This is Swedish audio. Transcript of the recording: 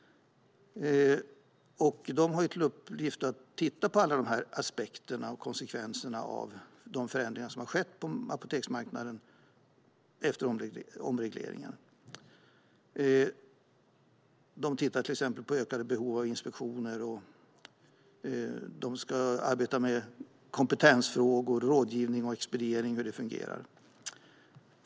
De har till uppgift att titta på alla aspekter och konsekvenser av de förändringar som har skett på apoteksmarknaden efter omregleringen. De ska till exempel titta på ökat behov av inspektioner, arbeta med kompetensfrågor och titta på hur rådgivning och expediering fungerar.